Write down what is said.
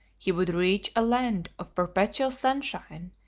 he would reach a land of perpetual sunshine,